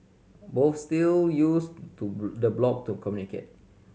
both still use to the blog to communicate